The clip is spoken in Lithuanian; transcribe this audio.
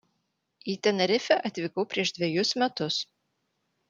į tenerifę atvykau prieš dvejus metus